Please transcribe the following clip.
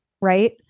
right